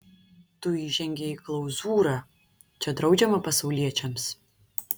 tu įžengei į klauzūrą čia draudžiama pasauliečiams